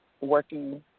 working